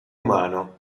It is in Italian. umano